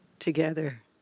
together